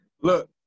Look